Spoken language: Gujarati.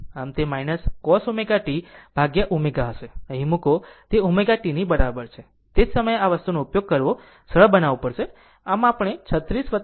આમ તે cos ω t ભાગ્યા ω હશે અને ત્યાં મૂકો T T બરાબર છે અને તે સમયે આ વસ્તુનો ઉપયોગ કરવો અને સરળ બનાવવો પડશે